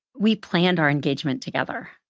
we planned our engagement together.